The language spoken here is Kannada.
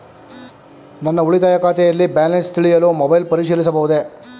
ನನ್ನ ಉಳಿತಾಯ ಖಾತೆಯಲ್ಲಿ ಬ್ಯಾಲೆನ್ಸ ತಿಳಿಯಲು ಮೊಬೈಲ್ ಪರಿಶೀಲಿಸಬಹುದೇ?